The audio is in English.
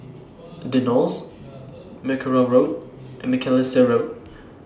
The Knolls Mackerrow Road and Macalister Road